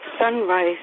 sunrise